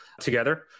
together